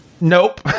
Nope